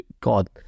God